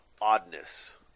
oddness